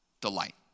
delight